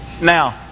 Now